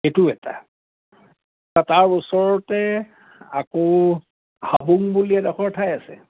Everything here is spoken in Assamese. এইটো এটা তাৰ ওচৰতে আকৌ হাবুং বুলি এডখৰ ঠাই আছে